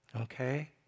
Okay